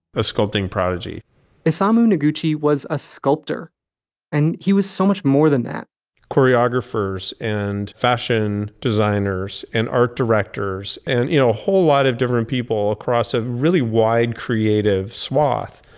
a sculpting prodigy isamu noguchi was a sculptor and he was so much more than that choreographers and fashion designers and art directors, and you know a whole lot of different people across a really wide creative swath,